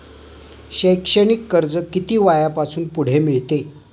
शैक्षणिक कर्ज किती वयापासून पुढे मिळते?